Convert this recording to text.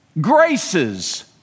graces